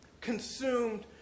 consumed